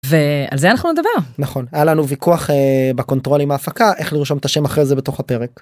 ו... על זה אנחנו נדבר. נכון. היה לנו ויכוח בקונטרול עם ההפקה איך לרשום את השם אחרי זה בתוך הפרק.